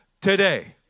today